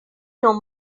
know